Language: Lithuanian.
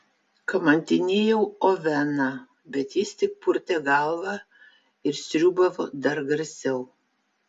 kamantinėjau oveną bet jis tik purtė galvą ir sriūbavo dar garsiau